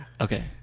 okay